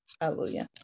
Hallelujah